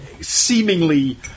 seemingly